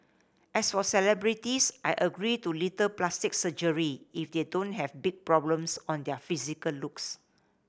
as for celebrities I agree to little plastic surgery if they don't have big problems on their physical looks